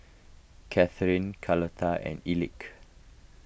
Kathryn Carlota and Elick